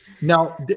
Now